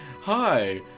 Hi